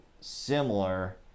similar